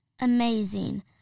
Amazing